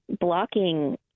blocking